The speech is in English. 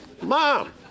Mom